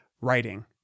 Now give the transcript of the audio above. writing